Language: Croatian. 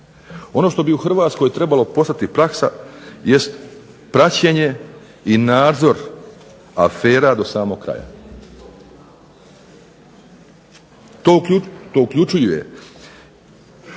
Ono što bi u Hrvatskoj trebalo postati praksa jest praćenje i nadzor afera do samog kraja. To uključuje